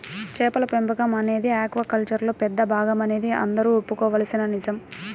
చేపల పెంపకం అనేది ఆక్వాకల్చర్లో పెద్ద భాగమనేది అందరూ ఒప్పుకోవలసిన నిజం